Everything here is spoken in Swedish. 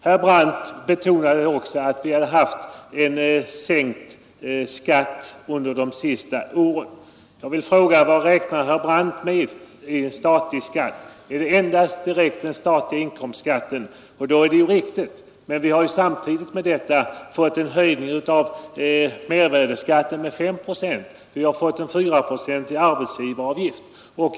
Herr Brandt betonade också att vi har fått en skattesänkning under de senaste åren. Jag vill fråga: Vad räknar herr Brandt till statlig skatt? Är det endast den statliga inkomstskatten? I så fall är hans påstående riktigt. Men vi har samtidigt med sänkningen av den fått en höjning av mervärdeskatten med fem procent och en fyraprocentig arbetsgivaravgift!